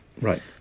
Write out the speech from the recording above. Right